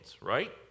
right